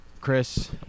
Chris